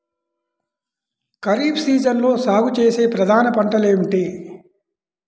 ఖరీఫ్ సీజన్లో సాగుచేసే ప్రధాన పంటలు ఏమిటీ?